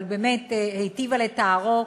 היטיבה לתארו.